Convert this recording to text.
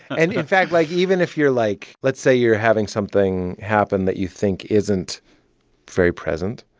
and in fact, like, even if you're, like let's say you're having something happen that you think isn't very present,